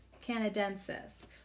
canadensis